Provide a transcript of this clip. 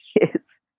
yes